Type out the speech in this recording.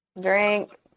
Drink